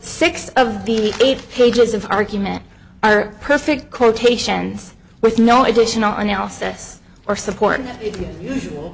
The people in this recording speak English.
six of the eight pages of argument are perfect quotations with no additional analysis or support